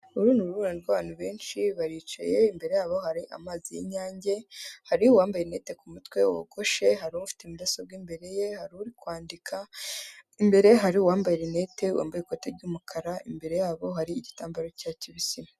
Uru ni uruhurirane rw'abantu benshi baricaye, imbere yabo hari amazi y'Inyange, hari uwambaye rinete ku mutwe wogoshe, hari ufite mudasobwa imbere ye, hari uri kwandika, imbere ye hari uwambaye rinette wambaye ikoti ry'umukara, imbere yabo hari igitambaro cy'icyatsi kibisi.